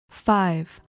Five